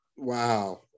wow